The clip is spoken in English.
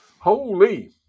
Holy